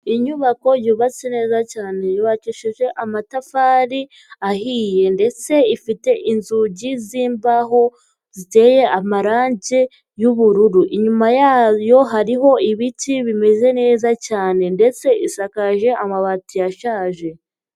Inyubako yubatse neza cyane, yubakishije amatafari ahiye ndetse ifite inzugi z'imbaho ziteye amarange y'ubururu, inyuma yayo hariho ibiti bimeze neza cyane ndetse isakaje amabati ashaje.